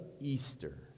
Easter